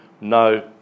no